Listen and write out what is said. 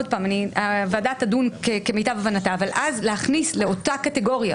הוועדה תדון כמיטב הבנתה אבל אז להכניס לאותה קטגוריה